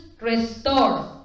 restores